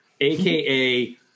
aka